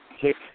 kick